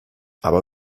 aber